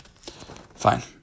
Fine